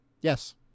Yes